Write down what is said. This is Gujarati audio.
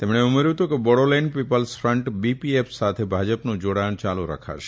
તેમણે ઉમેર્યુ હતું કે બોડોલેંડ પીપલ્સ ફન્ટ બીપીએફ સાથે ભાજપનું જોડાણ ચાલુ રખાશે